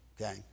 okay